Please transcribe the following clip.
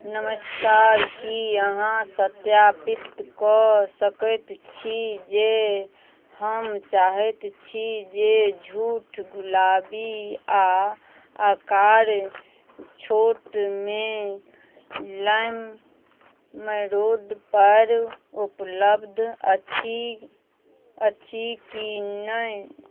नमस्कार की अहाँ सत्यापित कऽ सकैत छी जे हम चाहैत छी जे झूठ गुलाबी आ आकार छोटमे लाइममे रोड पर उपलब्ध अछि अछि कि नै